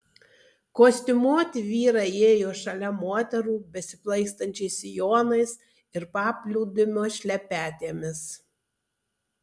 kostiumuoti vyrai ėjo šalia moterų besiplaikstančiais sijonais ir paplūdimio šlepetėmis